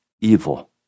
evil